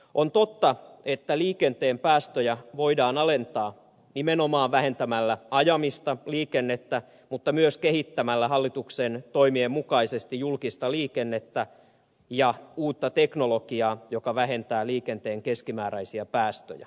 on totta että liikenteen päästöjä voidaan alentaa nimenomaan vähentämällä ajamista liikennettä mutta myös kehittämällä hallituksen toimien mukaisesti julkista liikennettä ja uutta teknologiaa joka vähentää liikenteen keskimääräisiä päästöjä